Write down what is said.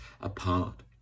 apart